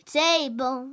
table